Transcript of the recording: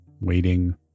waiting